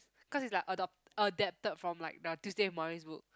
cause is like adopt adapted from like the Tuesday with Morrie book